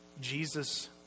Jesus